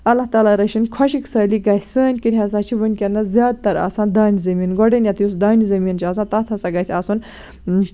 اللہ تالا رٔچھِنۍ خۄشٕک سٲلی گژھِ سٲنۍ کِنۍ ہسا چھِ وٕنکیٚنَس زیادٕ تر آسان دانہِ زٔمیٖن گۄڈٕنیتھ یُس دانہِ زٔمیٖن چھُ آسان تَتھ ہسا گژھِ آسُن